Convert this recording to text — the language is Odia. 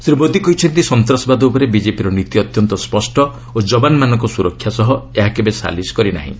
ଶ୍ରୀ ମୋଦି କହିଛନ୍ତି ସନ୍ତାସବାଦ ଉପରେ ବିଜେପିର ନୀତି ଅତ୍ୟନ୍ତ ସ୍ୱଷ୍ଟ ଓ ଯବାନମାନଙ୍କ ସ୍ୱରକ୍ଷା ସହ ଏହା କେବେ ସାଲିସ୍ କରି ନାହିଁ